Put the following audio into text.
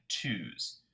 twos